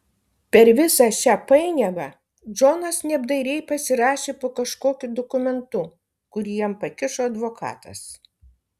per visą šią painiavą džonas neapdairiai pasirašė po kažkokiu dokumentu kurį jam pakišo advokatas